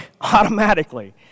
automatically